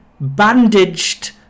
bandaged